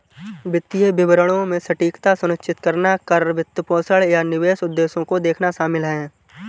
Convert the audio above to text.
वित्तीय विवरणों में सटीकता सुनिश्चित करना कर, वित्तपोषण, या निवेश उद्देश्यों को देखना शामिल हैं